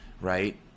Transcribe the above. right